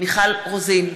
מיכל רוזין,